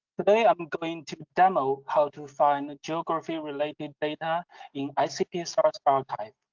today i'm going to demo how to find geography-related data in icpsr's archive.